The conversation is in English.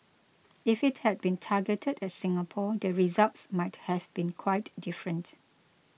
if it had been targeted at Singapore the results might have been quite different